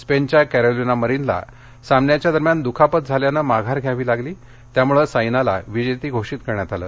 स्पेनच्या क्रींलिना मारिनला सामन्याच्या दरम्यान दुखापत झाल्यामुळ माघार घ्यावी लागली त्यामुळे सायनाला विजेती घोषित करण्यात आलं